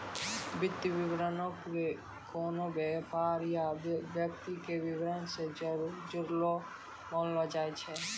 वित्तीय विवरणो के कोनो व्यापार या व्यक्ति के विबरण से जुड़लो मानलो जाय छै